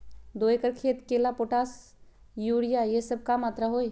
दो एकर खेत के ला पोटाश, यूरिया ये सब का मात्रा होई?